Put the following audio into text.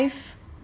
um